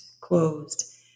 closed